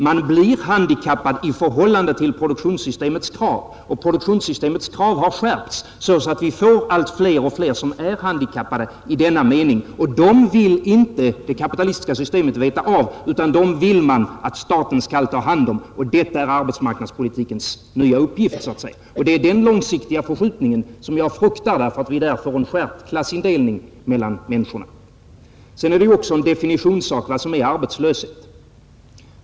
Man blir handikappad i förhållande till produktionssystemets krav, och produktionssystemets krav har skärpts så att vi får allt fler som är handikappade i denna mening. Och dem vill inte det kapitalistiska systemet veta av, utan dem vill man att staten skall ta hand om; detta är arbetsmarknadspolitikens nya uppgift. Det är denna långsiktiga förskjutning som jag fruktar därför att vi genom den får skärpt klassindelning av människorna. Sedan är det också en definitionssak vad som är arbetslöshet.